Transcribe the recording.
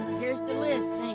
here's the list.